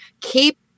Keep